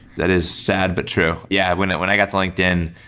that is sad, but true. yeah, when i when i got to linkedin,